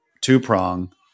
two-prong